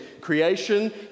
creation